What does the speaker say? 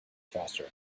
faster